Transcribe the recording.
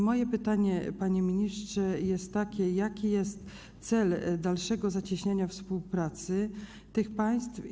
Moje pytanie, panie ministrze, jest takie: Jaki jest cel dalszego zacieśniania współpracy tych państw?